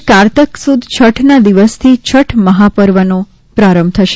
આજે કારતક સુદ છઠના દિવસથી છઠ મહાપર્વનો પ્રારંભ થશે